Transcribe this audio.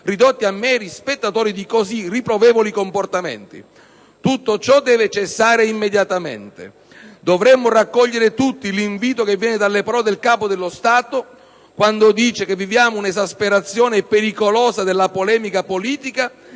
ridotti a meri spettatori di così riprovevoli comportamenti. Tutto ciò deve cessare immediatamente. Dovremmo raccogliere tutti l'invito che viene dalle parole del Capo dello Stato, quando dice che «viviamo un'esasperazione pericolosa della polemica politica